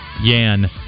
Yan